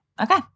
Okay